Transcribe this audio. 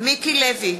מיקי לוי,